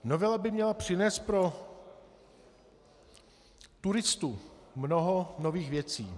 Novela by měla přinést pro turistu mnoho nových věcí.